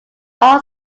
all